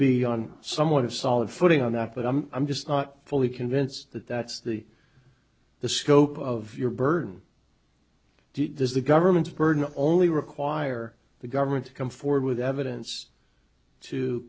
be on somewhat of solid footing on that but i'm i'm just not fully convinced that that's the the scope of your burden does the government's burden only require the government to come forward with evidence to